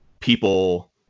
people